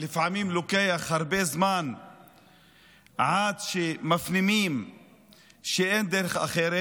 לפעמים לוקח הרבה זמן עד שמפנימים שאין דרך אחרת.